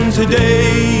today